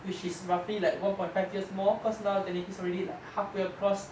which is roughly like one point five years more cause now technically it is already like halfway across